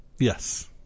Yes